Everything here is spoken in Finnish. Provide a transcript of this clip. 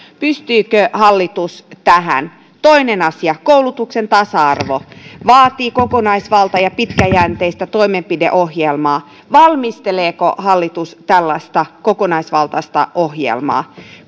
pystyykö hallitus tähän toinen asia koulutuksen tasa arvo vaatii kokonaisvaltaista ja pitkäjänteistä toimenpideohjelmaa valmisteleeko hallitus tällaista kokonaisvaltaista ohjelmaa